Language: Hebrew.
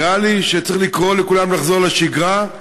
נראה לי שצריך לקרוא לכולם לחזור לשגרה,